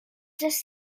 this